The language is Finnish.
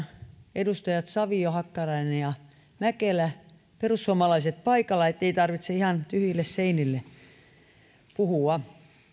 edustajat savio hakkarainen ja mäkelä perussuomalaiset paikalla ettei tarvitse ihan tyhjille seinille puhua